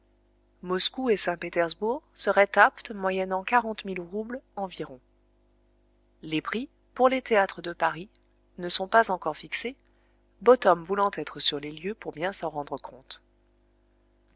moscou et saint-pétersbourg seraient aptes moyennant quarante mille roubles environ les prix pour les théâtres de paris ne sont pas encore fixés bottom voulant être sur les lieux pour bien s'en rendre compte